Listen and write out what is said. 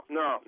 no